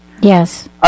Yes